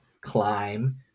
climb